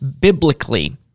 biblically